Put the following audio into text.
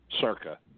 Circa